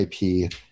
IP